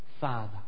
Father